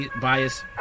bias